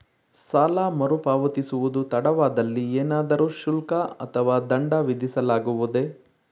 ಸಾಲ ಮರುಪಾವತಿಸುವುದು ತಡವಾದಲ್ಲಿ ಏನಾದರೂ ಶುಲ್ಕ ಅಥವಾ ದಂಡ ವಿಧಿಸಲಾಗುವುದೇ?